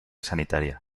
sanitaria